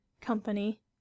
Company